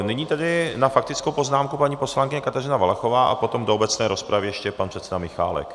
Nyní na faktickou poznámku paní poslankyně Kateřina Valachová a potom do obecné rozpravy ještě pan předseda Michálek.